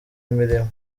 imirimo